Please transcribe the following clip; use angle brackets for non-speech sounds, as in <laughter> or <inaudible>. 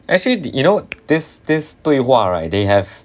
<breath> actually you know this this 对话 right they have